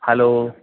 hello